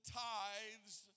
tithes